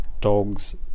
dog's